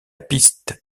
piste